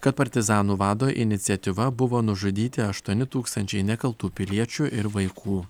kad partizanų vado iniciatyva buvo nužudyti aštuoni tūkstančiai nekaltų piliečių ir vaikų